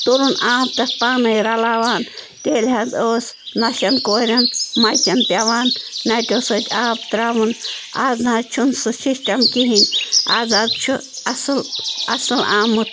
تُرُن آب تَتھ پانَے رَلاوان تیٚلہِ حظ ٲسۍ نۄشَن کورٮ۪ن مَچن پٮ۪وان نَٹیو سۭتۍ آب ترٛاوُن آز نَہ حظ چھِنہٕ سُہ شِشٹَم کِہیٖنۍ آز حظ چھُ اَصٕل اَصٕل آمُت